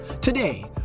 Today